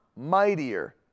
mightier